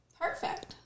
Perfect